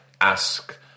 ask